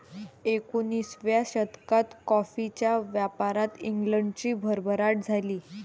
एकोणिसाव्या शतकात कॉफीच्या व्यापारात इंग्लंडची भरभराट झाली